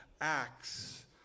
acts